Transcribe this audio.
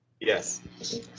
Yes